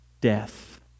Death